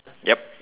yup